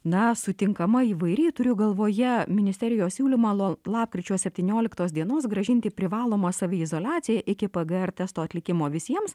na sutinkama įvairiai turiu galvoje ministerijos siūlymą nuo lapkričio septynioliktos dienos grąžinti privalomą saviizoliaciją iki pgr testo atlikimo visiems